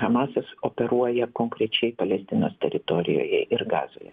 hamasas operuoja konkrečiai palestinos teritorijoje ir gazoje